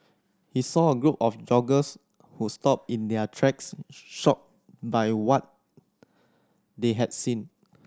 he saw a group of joggers who stopped in their tracks shocked by what they had seen